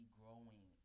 growing